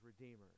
Redeemer